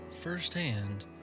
firsthand